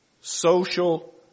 social